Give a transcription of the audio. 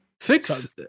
Fix